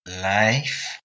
Life